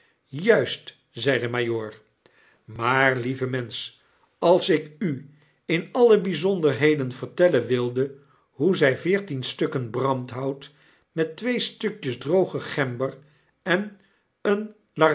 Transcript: juist zei de majoor maar lieve mensch als ik u in alle bijzonderheden vertellen wilde hoe zy veertien stukken brandhout met twee stukjes droge gember en een